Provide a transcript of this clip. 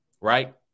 Right